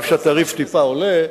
אף שהתעריף טיפה עולה,